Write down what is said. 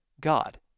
God